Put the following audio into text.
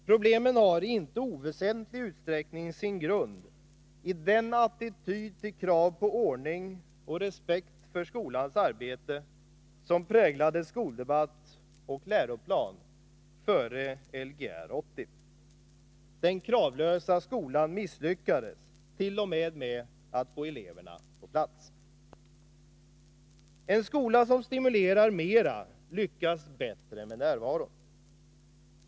Problemen har i inte oväsentlig utsträckning sin grund i den attityd till krav på ordning och respekt för skolans arbete som präglade skoldebatt och läroplan före Lgr 80. Den kravlösa skolan misslyckadest.o.m. med att få eleverna på plats. En skola som stimulerar mera lyckas bättre med närvaron.